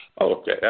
Okay